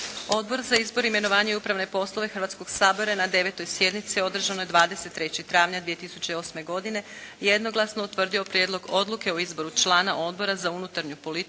Odbor za izbor, imenovanje i upravne poslove Hrvatskog sabora je na 9. sjednici održanoj 23. travnja 2008. godine jednoglasno utvrdio Prijedlog odluke o izboru članice Odbora za Ustav, Poslovnik